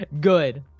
good